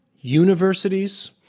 universities